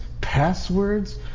passwords